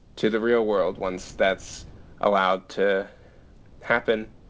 to the real world once that's allowed to happen